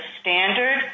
standard